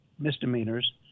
misdemeanors